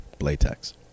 latex